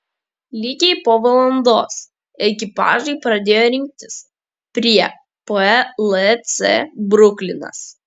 lygiai po valandos ekipažai pradėjo rinktis prie plc bruklinas